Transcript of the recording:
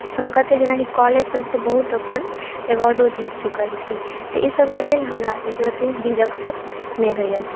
हम कतेक जेनाकि कॉलेजसबसँ बहुत अपन अवार्डो जीत चुकल छी तऽ ईसभके लेल हमरा एकोरत्ती झिझकसभ नहि होइए